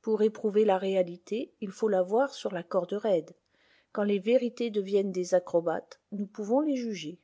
pour éprouver la réalité il faut la voir sur la corde raide quand les vérités deviennent des acrobates nous pouvons tes juger